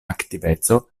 aktiveco